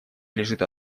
лежит